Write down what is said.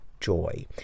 Joy